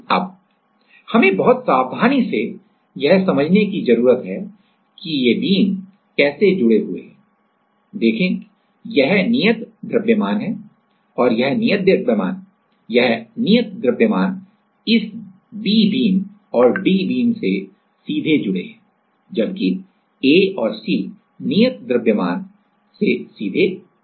अब हमें बहुत सावधानी से यह समझने की जरूरत है कि ये बीम कैसे जुड़े हुए हैं देखें यह नियत द्रव्यमान प्रूफ मास proof mass है यह नियत द्रव्यमान प्रूफ मास proof mass है और यह नियत द्रव्यमान प्रूफ मास proof mass इस B बीम और D बीम से सीधे जुड़े है जबकि A और C नियत द्रव्यमान प्रूफ मास proof mass से सीधे नहीं जुड़े है